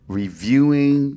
reviewing